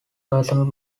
personal